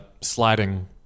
sliding